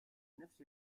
نفس